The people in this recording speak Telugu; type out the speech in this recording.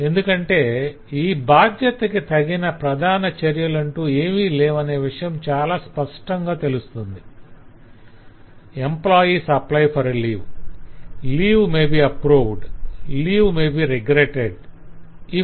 ఎందుకంటే ఈ బాధ్యతకి తగిన ప్రధాన చర్యలంటూ ఏమీ లేవనే విషయం చాల స్పష్టంగా తెలుస్తుంది - 'employees apply for leave' 'leave maybe approved' 'leave maybe regretted'